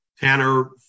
Tanner